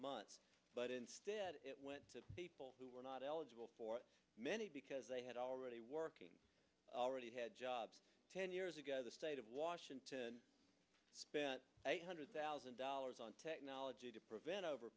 months but instead it went to people who were not eligible for many because they had already working already had jobs ten years ago the state of washington eight hundred thousand dollars on technology to prevent over